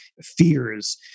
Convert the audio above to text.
fears